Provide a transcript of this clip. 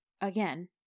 again